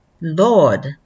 Lord